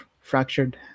fractured